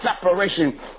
separation